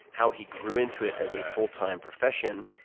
how he grew into it as a full time professional,